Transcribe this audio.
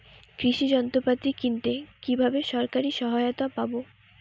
কৃষি যন্ত্রপাতি কিনতে কিভাবে সরকারী সহায়তা পাব?